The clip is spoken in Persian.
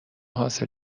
حاصل